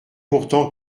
pourtant